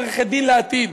עורכת-דין לעתיד,